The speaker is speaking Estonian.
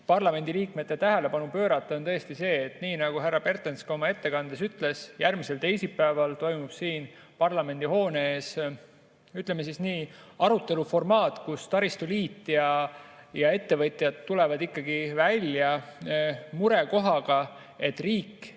parlamendiliikmete tähelepanu pöörata, on tõesti see, et nii nagu härra Pertens ka oma ettekandes ütles, järgmisel teisipäeval toimub siin parlamendihoone ees, ütleme siis nii, aruteluformaat, kus taristuliit ja ettevõtjad tulevad ikkagi välja murekohaga, et riik